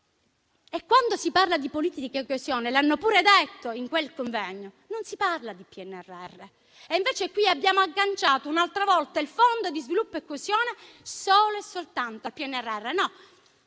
Quando si parla di politiche di coesione - l'hanno pure detto in quella sede - non si parla di PNNR e invece qui abbiamo agganciato un'altra volta il Fondo di sviluppo e coesione solo e soltanto al PNRR.